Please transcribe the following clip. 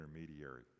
intermediary